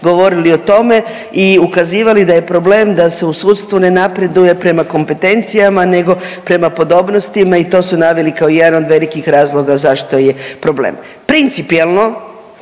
govorili o tome i ukazivali da je u problem da se u sudstvu ne napreduje prema kompetencijama nego prema podobnostima i to su naveli kao jedan od velikih razloga zašto je problem. Principijelno